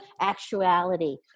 actuality